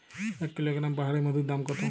এক কিলোগ্রাম পাহাড়ী মধুর দাম কত?